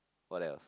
what else